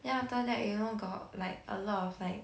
then after that you know got like a lot of like